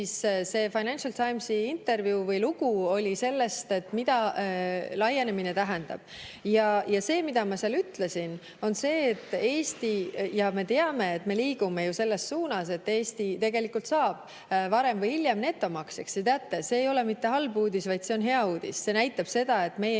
See Financial Timesi intervjuu või lugu oli sellest, mida laienemine tähendab. Ma ütlesin seal, et Eesti – ja me teame, et me liigume selles suunas –, tegelikult saab varem või hiljem netomaksjaks. Ja teate, see ei ole mitte halb uudis, vaid see on hea uudis. See näitab seda, et meie